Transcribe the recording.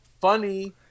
funny